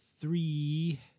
three